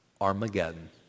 Armageddon